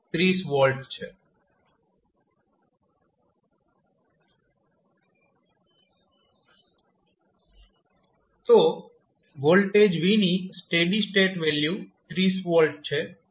તો voltage v ની steady state value 30 V છે